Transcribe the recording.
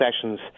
Sessions